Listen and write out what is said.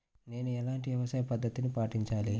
నేను ఎలాంటి వ్యవసాయ పద్ధతిని పాటించాలి?